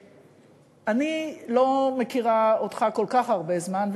אני לא מכירה אותך כל כך הרבה זמן.